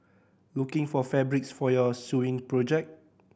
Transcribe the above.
looking for fabrics for your sewing project